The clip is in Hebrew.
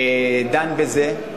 דן בזה,